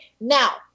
now